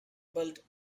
built